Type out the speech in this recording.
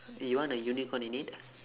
and you want a unicorn in it